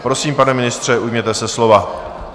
Prosím, pane ministře, ujměte se slova.